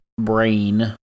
brain